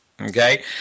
Okay